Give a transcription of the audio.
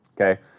Okay